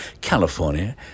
California